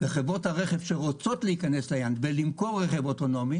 וחברות הרכב שרוצות להיכנס ולמכור רכב אוטונומי